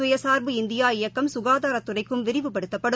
சுயசாா்பு இந்தியா இயக்கம் சுகாதாரத்துறைக்கும் விரிவுபடுத்தப்படும்